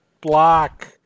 Block